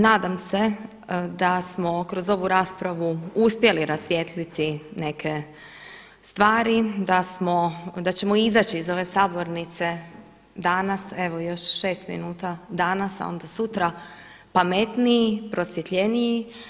Nadam se da smo kroz ovu raspravu uspjeli rasvijetliti neke stvari, da ćemo izaći iz ove sabornice danas evo još 6 minuta danas, a onda sutra pametniji, prosvjetljeniji.